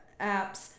apps